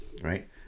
right